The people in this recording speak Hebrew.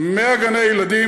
100 גני ילדים,